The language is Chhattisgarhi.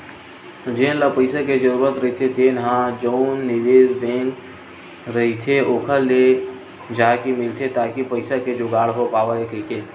जेन ल पइसा के जरूरत रहिथे तेन ह जउन निवेस बेंक रहिथे ओखर ले जाके मिलथे ताकि पइसा के जुगाड़ हो पावय कहिके